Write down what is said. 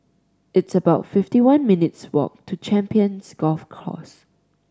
it's about fifty one minutes' walk to Champions Golf Course